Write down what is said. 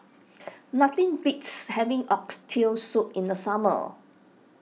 nothing beats having Oxtail Soup in the summer